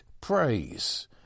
praise